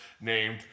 named